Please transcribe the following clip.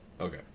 okay